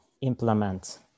implement